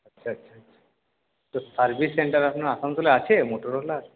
আচ্ছা আচ্ছা তো সার্ভিস সেন্টার আপনার আসানসোলে আছে মোটোরোলার